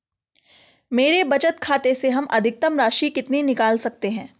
मेरे बचत खाते से हम अधिकतम राशि कितनी निकाल सकते हैं?